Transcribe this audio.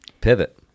pivot